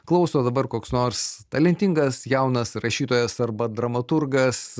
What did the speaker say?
klauso dabar koks nors talentingas jaunas rašytojas arba dramaturgas